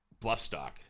Bluffstock